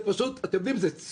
זו פשוט ציניות.